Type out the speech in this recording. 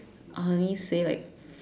I only say like